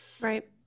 Right